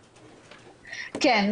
כן.